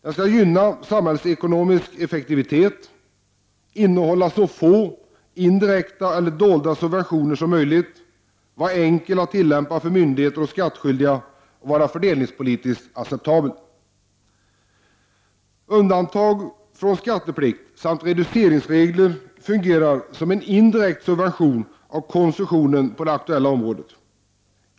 Den skall gynna samhällsekonomisk effektivitet, innehålla så få indirekta eller dolda subventioner som möjligt, vara enkel att tillämpa för myndigheter och skattskyldiga och vara fördelningspolitiskt acceptabel. Undantag från skatteplikt samt reduceringsregler fungerar som en indirekt subvention av konsumtionen på det aktuella området.